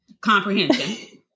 comprehension